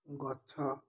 ଗଛ